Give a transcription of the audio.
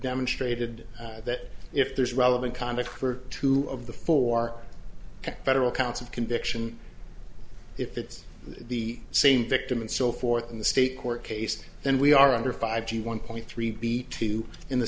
demonstrated that if there's relevant conduct for two of the four federal counts of conviction if it's the same victim and so forth in the state court case then we are under five g one point three b two in the